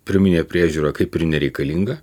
pirminė priežiūra kaip ir nereikalinga